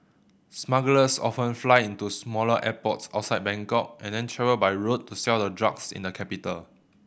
smugglers often fly into smaller airports outside Bangkok and then travel by road to sell the drugs in the capital